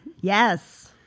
Yes